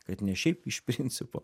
kad ne šiaip iš principo